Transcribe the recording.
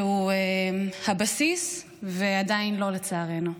שהוא הבסיס, ועדיין לא, לצערנו.